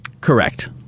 Correct